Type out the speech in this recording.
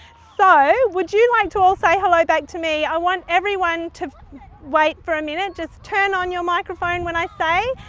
so, would you like to all say hello back to me? i want everyone to wait for a minute, just turn on your microphone when i say,